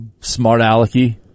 smart-alecky